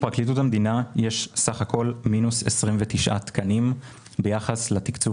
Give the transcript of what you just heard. בפרקליטות המדינה יש בסך הכול מינוס 29 תקנים ביחס לתקצוב